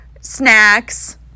snacks